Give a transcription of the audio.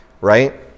Right